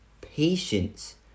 Patience